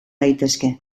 daitezke